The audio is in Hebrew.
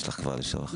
יש לך כבר שאלה לשאול?